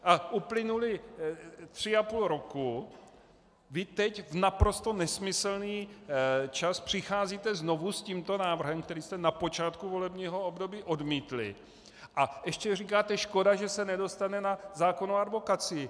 A uplynulo tři a půl roku, vy teď, v naprosto nesmyslný čas, přicházíte znovu s tímto návrhem, který jste na počátku volebního období odmítli, a ještě říkáte škoda, že se nedostane na zákon o advokacii.